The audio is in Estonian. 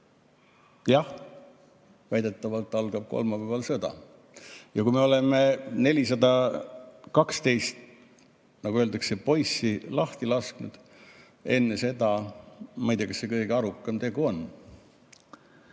Jah, väidetavalt algab kolmapäeval sõda. Ja kui me oleme 412, nagu öeldakse, poissi lahti lasknud enne seda, siis ma ei tea, kas see kõige arukam tegu on. Ma